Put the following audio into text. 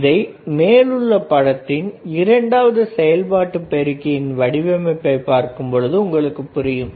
இதை மேலுள்ள படத்தின் இரண்டாவது செயல்பாட்டு பெருக்கியின் வடிவமைப்பை பார்க்கும் பொழுது உங்களுக்கு புரியும்